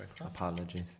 Apologies